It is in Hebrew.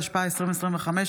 התשפ"ה 2025,